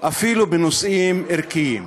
ועדיין כנראה,